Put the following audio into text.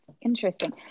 Interesting